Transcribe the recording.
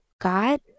God